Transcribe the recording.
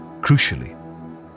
Crucially